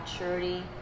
maturity